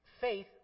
Faith